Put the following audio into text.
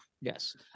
yes